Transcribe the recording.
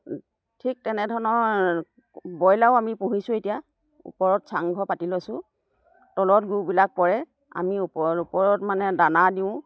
ঠিক তেনেধৰণৰ ব্ৰইলাৰো আমি পুহিছোঁ এতিয়া ওপৰত চাংঘৰ পাতি লৈছোঁ তলত গুবিলাক পৰে আমি ওপৰ ওপৰত মানে দানা দিওঁ